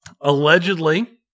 Allegedly